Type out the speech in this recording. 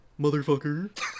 motherfucker